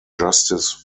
justice